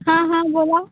हां हां बोला